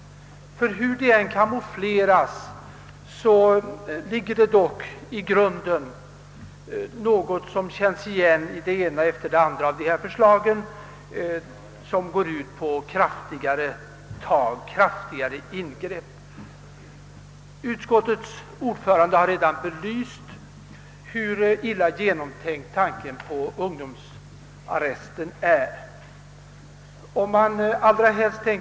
Hur det än camoufleras finns det i grunden något gemensamt, som känns igen, i det ena efter det andra av de förslag vilka går ut på kraftigare ingrepp mot brottsligheten. Utskottets ordförande har redan belyst hur illa genomtänkt förslaget om korttidsarrest för ungdomsbrottslingar är.